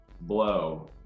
blow